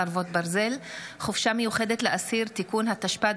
חרבות ברזל) (חופשה מיוחדת לאסיר) (תיקון) התשפ"ד